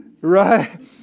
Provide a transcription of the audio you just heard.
Right